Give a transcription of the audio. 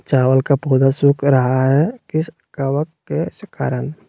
चावल का पौधा सुख रहा है किस कबक के करण?